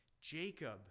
Jacob